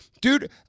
Dude